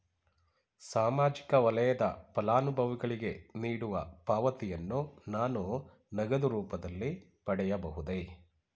ಸಾಮಾಜಿಕ ವಲಯದ ಫಲಾನುಭವಿಗಳಿಗೆ ನೀಡುವ ಪಾವತಿಯನ್ನು ನಾನು ನಗದು ರೂಪದಲ್ಲಿ ಪಡೆಯಬಹುದೇ?